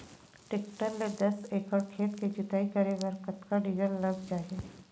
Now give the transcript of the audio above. Tractor ले दस एकड़ खेत के जुताई करे बर कतका डीजल लग जाही?